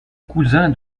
cousin